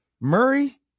Murray